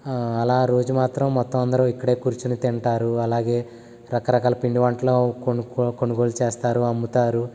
అలా రోజు మాత్రం మొత్తం అందరు ఇక్కడే కూర్చుని తింటారు అలాగే రకరకాల పిండి వంటలు కొను కొనుగోలు చేస్తారు అమ్ముతారు